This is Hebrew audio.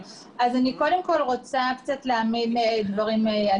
אני קודם כל רוצה קצת להעמיד דברים על